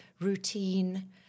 routine